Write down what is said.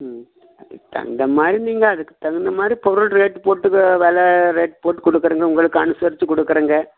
ம் தண்டமாக இல்லைங்க அதுக்கு தகுந்த மாதிரி பொருள் ரேட்டு போட்டு வெலை ரேட் போட்டு கொடுக்கிறீங்க உங்களுக்கு அனுசரித்து கொடுக்குறேங்க